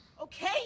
okay